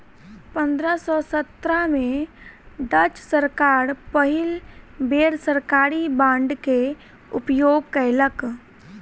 पंद्रह सौ सत्रह में डच सरकार पहिल बेर सरकारी बांड के उपयोग कयलक